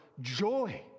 joy